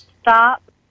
Stop